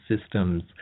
systems